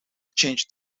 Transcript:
changed